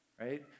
right